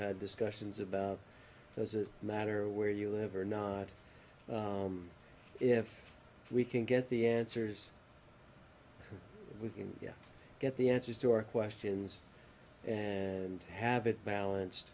had discussions about as a matter where you live or not but if we can get the answers we get the answers to our questions and have it balanced